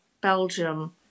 Belgium